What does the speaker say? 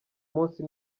munsi